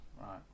Right